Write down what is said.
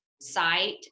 site